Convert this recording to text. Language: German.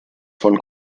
vom